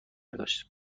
داشت